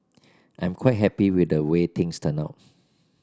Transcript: I'm quite happy with the way things turned out